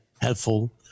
helpful